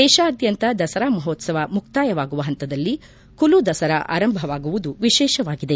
ದೇಶಾದ್ಯಂತ ದಸರಾ ಮಹೋತ್ವವ ಮುಕ್ತಾಯವಾಗುವ ಹಂತದಲ್ಲಿ ಕುಲು ದಸರಾ ಆರಂಭವಾಗುವುದು ವಿಶೇಷವಾಗಿದೆ